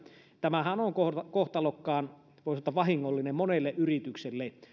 tämähän on kohtalokkaan voi sanoa vahingollinen monelle yritykselle